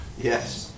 Yes